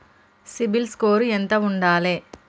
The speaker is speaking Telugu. సిబిల్ స్కోరు ఎంత ఉండాలే?